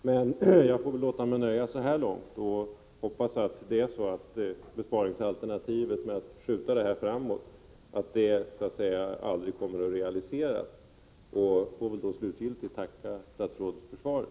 Men jag får väl låta mig nöja med detta och hoppas att det är riktigt att besparingsalternativet att skjuta starten fram i tiden aldrig kommer att realiseras. Jag får därmed slutgiltigt tacka statsrådet för svaret.